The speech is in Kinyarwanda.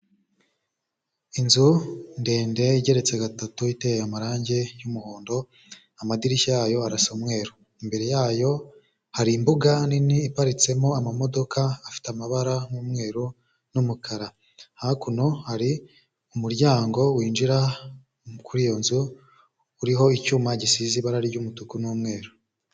Inzu ndende igereretse gatatu iteye amarange y'umuhondo amadirishya yayo arasa umweru, imbere yayo hari imbuga nini iparitsemo amamodoka afite amabara nk'umweru n'umukara, hakuno hari umuryango winjira kuri iyo nzu uriho icyuma gisize ibara ry'umutuku n'umweru.